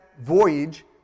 voyage